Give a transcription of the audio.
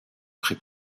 pré